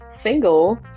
single